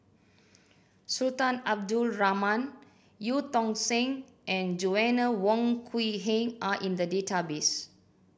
Sultan Abdul Rahman Eu Tong Sen and Joanna Wong Quee Heng are in the database